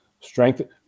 strengthen